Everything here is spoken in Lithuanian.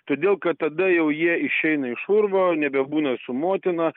todėl kad tada jau jie išeina iš urvo nebebūna su motina